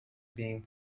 being